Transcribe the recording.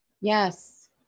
Yes